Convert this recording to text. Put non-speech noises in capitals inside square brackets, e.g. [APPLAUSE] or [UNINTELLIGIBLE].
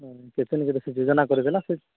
[UNINTELLIGIBLE] ଯୋଜନା କରିବେ ନା ସେ